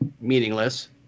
meaningless